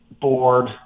board